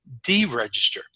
deregister